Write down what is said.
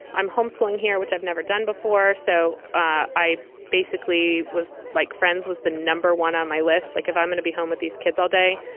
i'm homeschooling here, which i've never done before. so i basically was like friends was the number one on my list. like, if i'm going to be home with these kids all day,